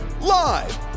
live